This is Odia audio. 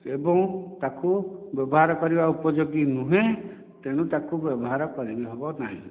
ଏବଂ ତାକୁ ବ୍ୟବହାର କରିବା ଉପଯୋଗୀ ନୁହେଁ ତେଣୁ ତାକୁ ବ୍ୟବହାର କରି ହେବ ନାହିଁ